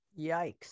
Yikes